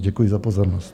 Děkuji za pozornost.